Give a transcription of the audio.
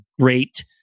great